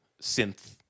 synth